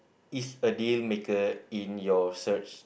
is a deal maker in your search